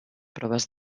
proves